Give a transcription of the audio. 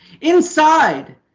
Inside